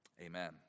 Amen